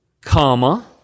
comma